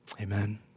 Amen